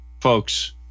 Folks